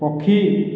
ପକ୍ଷୀ